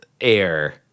Air